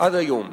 עד היום.